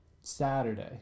Saturday